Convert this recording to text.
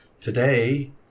Today